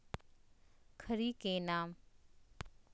खड़ी के नाम?